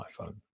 iPhone